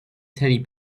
teddy